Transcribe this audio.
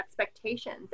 expectations